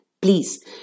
please